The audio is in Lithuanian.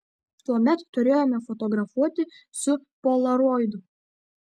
tuomet turėjome fotografuoti su polaroidu